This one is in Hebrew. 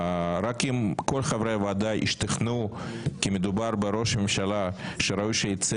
רק אם כל חברי הוועדה ישתכנעו כי מדובר בראש ממשלה שראוי שייצא